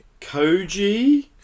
Koji